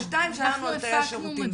או שתיים שהיו בתאי שירותים,